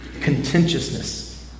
contentiousness